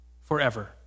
forever